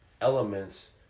elements